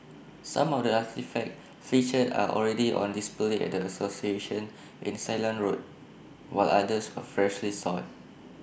some of the artefacts featured are already on display at the association in Ceylon road while others were freshly sought